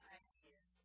ideas